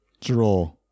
Draw